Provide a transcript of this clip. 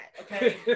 okay